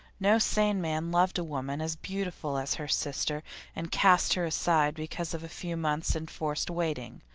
no sane man loved a woman as beautiful as her sister and cast her aside because of a few months' enforced waiting,